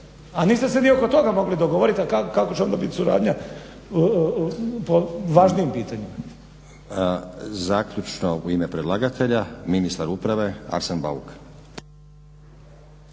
a niste se ni oko toga mogli dogovorit, a kako će onda bit suradnja po važnijim pitanjima. **Stazić, Nenad (SDP)** Zaključno u ime predlagatelja ministar uprave Arsen Bauk.